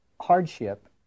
hardship